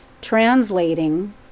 translating